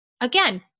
again